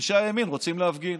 אנשי הימין רוצים להפגין.